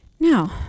Now